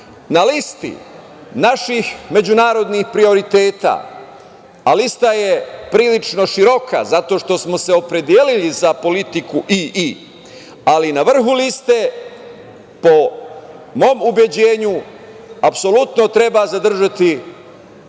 listi naših međunarodnih prioriteta, ali lista je prilično široka zato što smo se opredelili za politiku „i i“, ali i na vrhu liste po mom ubeđenju apsolutno treba zadržati